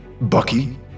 Bucky